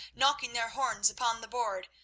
knocking their horns upon the board,